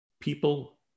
people